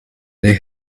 they